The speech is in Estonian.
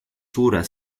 suure